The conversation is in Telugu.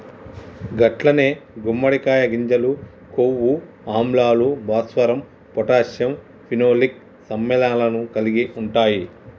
గట్లనే గుమ్మడికాయ గింజలు కొవ్వు ఆమ్లాలు, భాస్వరం పొటాషియం ఫినోలిక్ సమ్మెళనాలను కలిగి ఉంటాయి